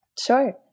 Sure